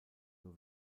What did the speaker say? nur